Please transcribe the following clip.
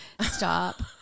Stop